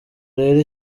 rero